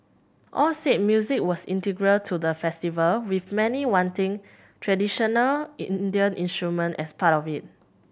all said music was integral to the festival with many wanting traditional Indian instrument as part of it